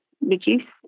reduce